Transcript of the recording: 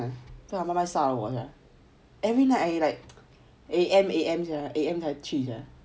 我妈妈会杀我 sia every night like A_M A_M 才去 sia